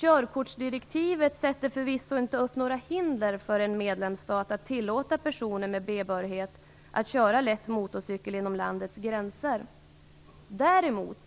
Körkortsdirektivet ställer förvisso inte upp några hinder för en medlemsstat att tillåta personer med B behörighet att köra lätt motorcykel inom landets gränser. Däremot